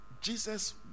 Jesus